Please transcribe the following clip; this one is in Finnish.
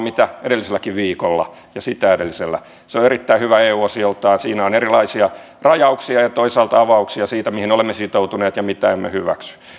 mitä edelliselläkin viikolla ja sitä edellisellä se on erittäin hyvä eu asioiltaan siinä on erilaisia rajauksia ja toisaalta avauksia siitä mihin olemme sitoutuneet ja mitä emme hyväksy